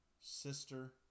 sister